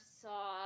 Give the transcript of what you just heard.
saw